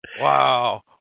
wow